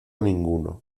ninguno